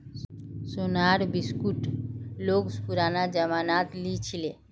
सोनार बिस्कुट लोग पुरना जमानात लीछीले